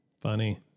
Funny